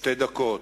שתי דקות.